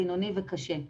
בינוני וקשה.